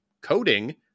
coding